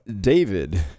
David